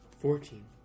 Fourteen